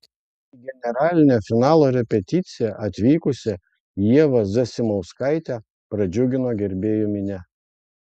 į generalinę finalo repeticiją atvykusią ievą zasimauskaitę pradžiugino gerbėjų minia